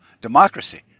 democracy